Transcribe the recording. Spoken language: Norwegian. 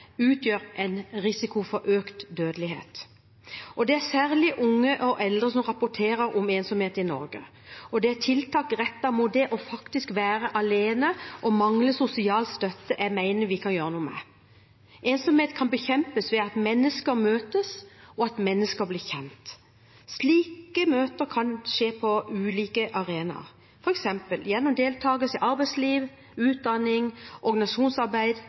utgjør en risiko for økt dødelighet. Det er særlig unge og eldre som rapporterer om ensomhet i Norge. Når det gjelder tiltak rettet mot å være alene og mangle sosial støtte, mener jeg vi kan gjøre noe. Ensomhet kan bekjempes ved at mennesker møtes, og at mennesker blir kjent. Slike møter kan skje på ulike arenaer, f.eks. gjennom deltakelse i arbeidsliv, utdanning, organisasjonsarbeid,